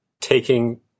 Taking